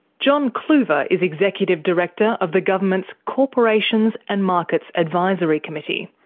john kluver is executive director of the government's corporations and markets advisory committee.